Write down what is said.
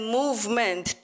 movement